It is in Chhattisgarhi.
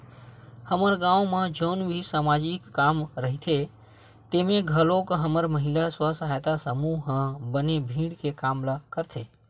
हमर गाँव म जउन भी समाजिक काम रहिथे तेमे घलोक हमर महिला स्व सहायता समूह ह बने भीड़ के काम ल करथे